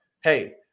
Hey